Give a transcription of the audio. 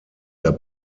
der